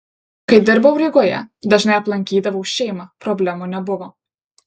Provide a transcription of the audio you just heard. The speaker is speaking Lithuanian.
kai dirbau rygoje dažnai aplankydavau šeimą problemų nebuvo